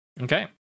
okay